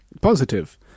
positive